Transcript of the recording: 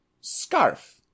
SCARF